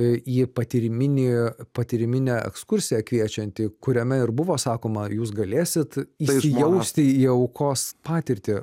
į patyriminį patyriminę ekskursiją kviečiantį kuriame ir buvo sakoma ar jūs galėsit įsijausti į aukos patirtį